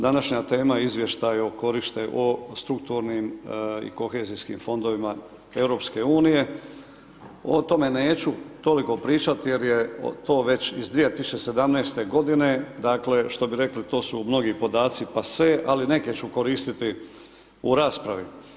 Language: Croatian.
Današnja tema je Izvještaj o korištenju, o strukturnim i kohezijskim fondovima Europske unije, o tome neću toliko pričati jer je to već iz 2017. godine, dakle, što bi rekli to su mnogi podaci passe, ali neke ću koristiti u raspravi.